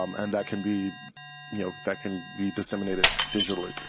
um and that can be you know, that can be disseminated digitally.